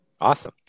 awesome